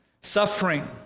suffering